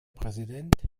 präsident